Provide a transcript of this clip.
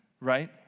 right